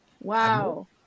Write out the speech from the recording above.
Wow